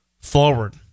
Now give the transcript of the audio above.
forward